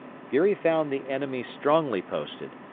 geary found the enemy strongly posted,